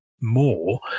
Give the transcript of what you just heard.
more